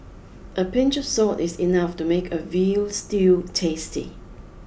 a pinch of salt is enough to make a veal stew tasty